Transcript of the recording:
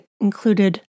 Included